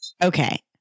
Okay